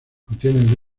contienen